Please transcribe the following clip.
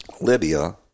Libya